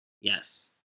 Yes